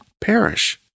perish